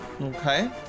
Okay